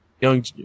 young